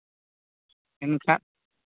ᱮᱱᱠᱷᱟᱱ